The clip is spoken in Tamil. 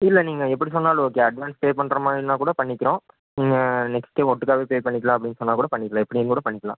இல்லை நீங்கள் எப்படி சொன்னாலும் ஓகே அட்வான்ஸ் பே பண்ணுறமாரி இருந்தால் கூட பண்ணிக்கிறோம் நீங்கள் நெக்ஸ்ட்டே ஒட்டுக்காகவே பே பண்ணிக்கலாம் அப்படின்னு சொன்னால் கூட பண்ணிக்கலாம் எப்படியும் கூட பண்ணிக்கலாம்